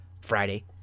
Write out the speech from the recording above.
Friday